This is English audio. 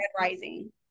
Rising